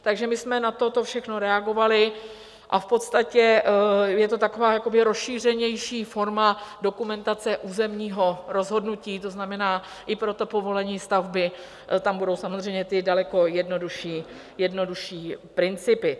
Takže my jsme na toto všechno reagovali a podstatě je to taková jakoby rozšířenější forma dokumentace územního rozhodnutí, tzn. i pro to povolení stavby tam budou samozřejmě daleko jednodušší principy.